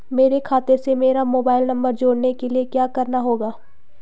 मेरे खाते से मेरा मोबाइल नम्बर जोड़ने के लिये क्या करना होगा?